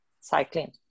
cycling